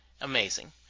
amazing